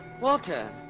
Walter